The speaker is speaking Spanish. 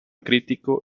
crítico